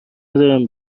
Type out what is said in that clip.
ندارم